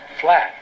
Flat